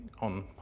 on